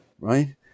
right